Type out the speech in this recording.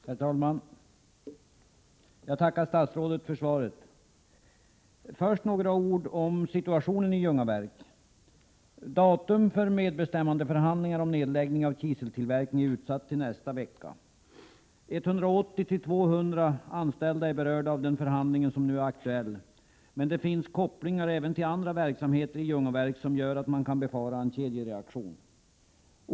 Herr talman! Jag tackar statsrådet för svaret. Först några ord om situationen i Ljungaverk. Datum för medbestämmandeförhandlingar om nedläggning av kiseltillverkningen är utsatt till nästa vecka. Antalet anställda som är berörda av den nu aktuella förhandlingen uppgår till 180-200, men det finns kopplingar även till andra verksamheter i Ljungaverk som gör att man kan befara en kedjereaktion.